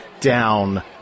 down